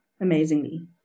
amazingly